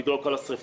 בגלל כל השריפות,